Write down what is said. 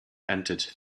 entered